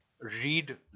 read